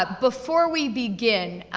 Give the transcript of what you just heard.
ah before we begin,